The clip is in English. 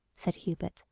said hubert,